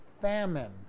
famine